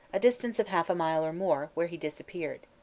a distance of half a mile or more, where he disappeared.